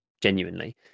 genuinely